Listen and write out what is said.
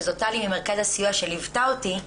שזאת טלי ממכרז הסיוע שליוותה אותי,